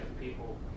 people